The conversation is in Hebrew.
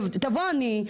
תבוא אני,